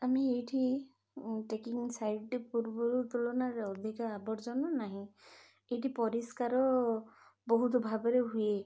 ଆମେ ଏଇଠି ଟ୍ରେକିଂ ସାଇଡ଼୍ଟି ପୂର୍ବରୁ ତୁଳନାରେ ଅଧିକା ଆବର୍ଜନ ନାହିଁ ଏଇଠି ପରିଷ୍କାର ବହୁତ ଭାବରେ ହୁଏ